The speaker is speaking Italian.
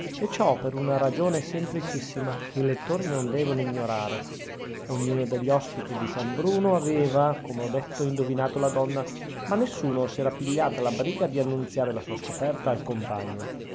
e ciò per una ragione semplicissima che i lettori non devono ignorare ognuno degli ospiti di san bruno aveva come ho detto indovinato la donna ma nessuno s'era pigliata la briga di annunziare la sua scoperta al compagno